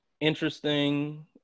interesting